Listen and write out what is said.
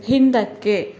ಹಿಂದಕ್ಕೆ